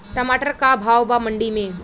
टमाटर का भाव बा मंडी मे?